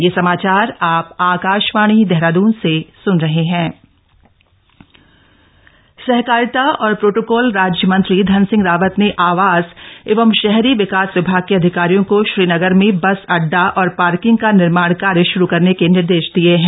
बस अडडा और पार्किंग सहकारिता और प्रोटोकॉल राज्य मंत्री धन सिंह रावत ने आवास एवं शहरी विकास विभाग के अधिकारियों को श्रीनगर में बस अड्डा और पार्किंग का निर्माण कार्य श्रू करने के निर्देश दिये हैं